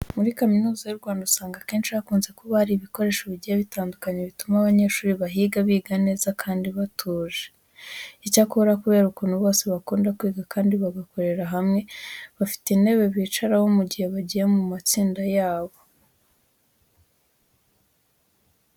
Muri Kaminuza y'u Rwanda usanga akenshi hakunze kuba hari ibikoresho bigiye bitandukanye bituma abanyeshuri bahiga biga neza kandi batuje. Icyakora kubera ukuntu bose bakunda kwiga kandi bagakorera hamwe, bafite intebe bicaraho mu gihe bagiye mu matsinda yabo.